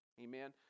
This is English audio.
Amen